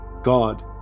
God